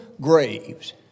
graves